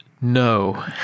No